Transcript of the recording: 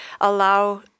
allow